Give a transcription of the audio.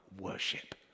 worship